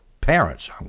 Parents